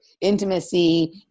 intimacy